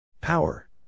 Power